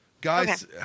Guys